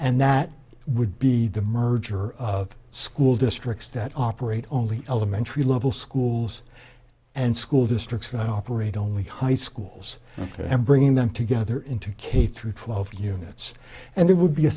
and that would be the merger of school districts that operate only elementary level schools and school districts that operate only high schools and bringing them together into k through twelve units and it would be a